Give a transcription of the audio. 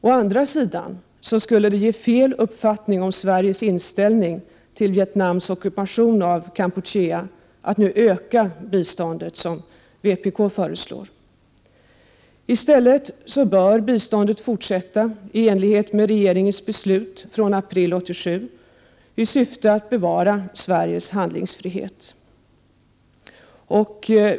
Å andra sidan skulle det ge fel uppfattning om Sveriges inställning till Vietnams ockupation av Kampuchea att nu — som vpk föreslår — öka biståndet. I stället bör biståndet fortsätta i enlighet med regeringens beslut från april 1987 i syfte att bevara Sveriges handlingsfrihet.